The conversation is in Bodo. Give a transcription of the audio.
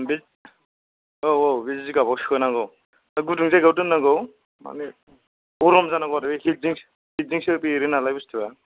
बे औ औ बे जिगाबाव सोनांगौ गुदुं जायगायाव दोनांगौ माने गरम जानांगौ आरो हिथजोंसो हिथजोंसो बेरो नालाय बुस्थुवा